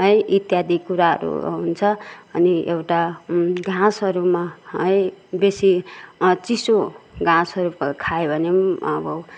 है इत्यादि कुराहरू हुन्छ अनि एउटा घाँसहरूमा है बेसी चिसो घाँसहरू खायो भने पनि अब